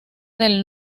del